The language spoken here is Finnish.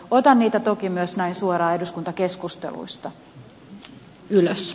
otan niitä toki myös näin suoraan eduskuntakeskusteluista ylös